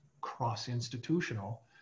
cross-institutional